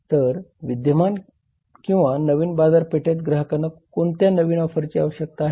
तर विद्यमान किंवा नवीन बाजारपेठेत ग्राहकांना कोणत्या नवीन ऑफरची आवश्यकता आहे